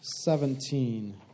Seventeen